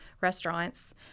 restaurants